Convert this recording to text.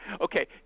Okay